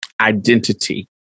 identity